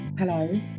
Hello